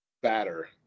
batter